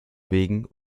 wegen